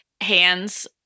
hands